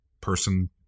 Person